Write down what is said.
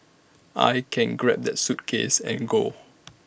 I can grab that suitcase and go